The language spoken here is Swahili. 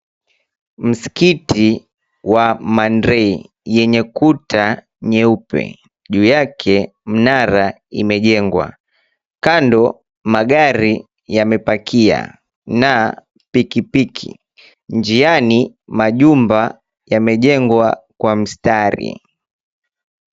Msikiti wa Mandry, yenye kuta nyeupe. Juu yake, mnara imejengwa. Kando, magari yamepakia na pikipiki. Njiani, majumba yamejengwa kwa mstari.